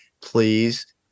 please